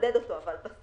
לחדד אותו, אבל בסוף